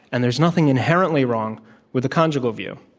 and there's nothing inher ently wrong with the conjugal view.